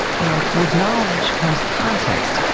and with knowledge comes context,